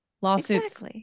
lawsuits